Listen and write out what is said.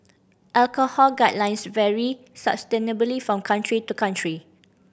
alcohol guidelines vary substantially from country to country